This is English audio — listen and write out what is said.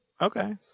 Okay